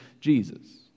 Jesus